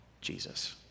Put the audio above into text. Jesus